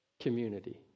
community